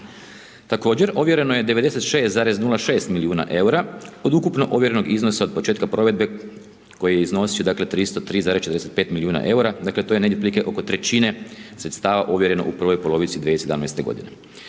Također ovjereno je 96,06 milijuna eura od ukupnog uvjerenog iznosa od početka provedbe koje iznosi 303,45 milijuna eura, dakle, to je negdje otprilike oko trećine sredstava uvjerena u prvoj polovici 2017. g.